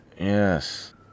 Yes